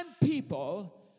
people